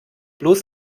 bloß